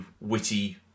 witty